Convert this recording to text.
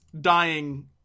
dying